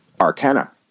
Arcana